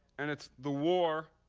and it's the war